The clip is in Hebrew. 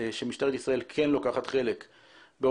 יש